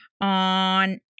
on